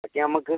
പക്ഷേ നമുക്ക്